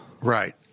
Right